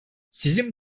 sizin